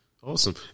Awesome